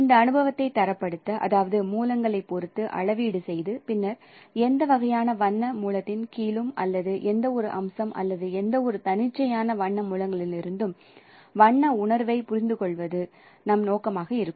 இந்த அனுபவத்தை தரப்படுத்த அதாவது மூலங்களைப் பொறுத்து அளவீடு செய்து பின்னர் எந்த வகையான வண்ண மூலத்தின் கீழும் அல்லது எந்தவொரு அம்சம் அல்லது எந்தவொரு தன்னிச்சையான வண்ண மூலங்களிலிருந்தும் வண்ண உணர்வைப் புரிந்துகொள்வது நம் நோக்கமாக இருக்கும்